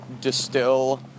distill